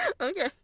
Okay